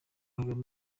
kagame